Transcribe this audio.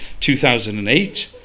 2008